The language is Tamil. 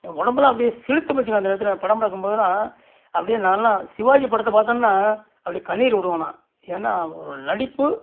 உடம்புலாம் அப்டேயே சிலுர்த்து போச்சுங்க அந்த நேரத்தில் படம் பார்க்கும்போதுலாம் அப்டேயே நானெலாம் சிவாஜி படத்தை பார்த்தன்னா அப்படி கண்ணீர் விடுவேன் நான் ஏன்னால் அவரோடய நடிப்பு